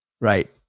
Right